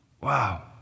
Wow